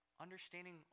understanding